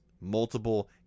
multiple